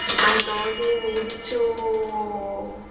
my dog needs to.